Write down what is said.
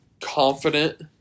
confident